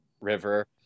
River